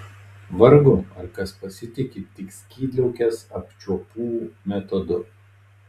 vargu ar kas pasitiki tik skydliaukės apčiuopų metodu